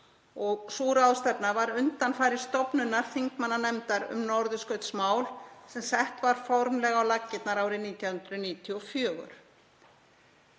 var hún undanfari stofnunar þingmannanefndar um norðurskautsmál sem sett var formlega á laggirnar árið 1994.